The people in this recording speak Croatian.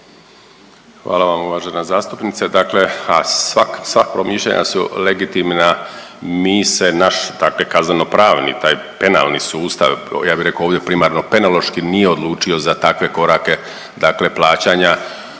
Hvala vam uvažena zastupnice. Dakle, a sva, sva promišljanja su legitimna, mi se naš, dakle kazneno pravni taj penalni sustav ja bi rekao ovdje primarno penaloški nije odlučio za takve korake dakle plaćanja.